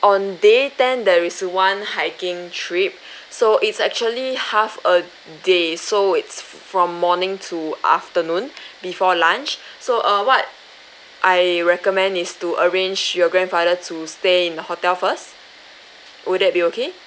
on day ten there is one hiking trip so it's actually half a day so it's from morning to afternoon before lunch so uh what I recommend is to arrange your grandfather to stay in the hotel first would that be okay